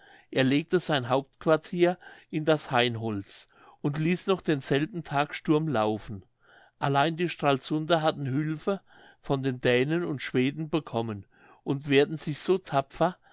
er legte sein hauptquartier in das hainholz und ließ noch denselben tag sturm laufen allein die stralsunder hatten hülfe von den dänen und schweden bekommen und wehrten sich so tapfer